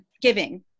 giving